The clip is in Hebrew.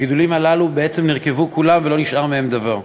הגידולים הללו בעצם נרקבו כולם ולא נשאר מהם דבר.